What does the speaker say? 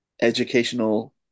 Educational